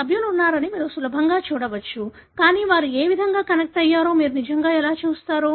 కాబట్టి సభ్యులు ఉన్నారని మీరు సులభంగా చూడవచ్చు కానీ వారు ఏ విధంగా కనెక్ట్ అయ్యారో మీరు నిజంగా ఎలా చూస్తారు